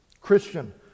Christian